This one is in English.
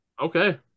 Okay